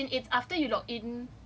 as in it's after you log in